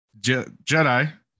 Jedi